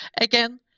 Again